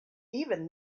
even